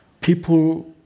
People